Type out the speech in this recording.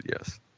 yes